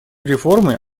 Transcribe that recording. реформы